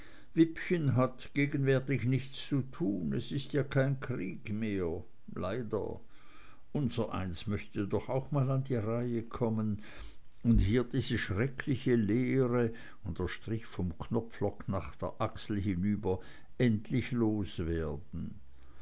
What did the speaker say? wippchen hat gegenwärtig nichts zu tun es ist ja kein krieg mehr leider unsereins möchte doch auch mal an die reihe kommen und hier diese schreckliche leere und er strich vom knopfloch nach der achsel hinüber endlich loswerden